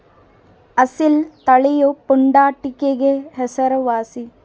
ಅಸೀಲ್ ತಳಿಯು ಪುಂಡಾಟಿಕೆಗೆ ಹೆಸರುವಾಸಿ